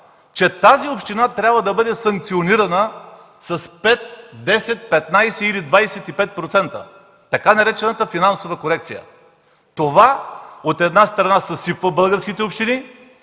че тази община трябва да бъде санкционирана с 5, 10, 15 или 25%, с така наречената „финансова корекция”. Това, от една страна, съсипва българските общини,